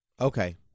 Okay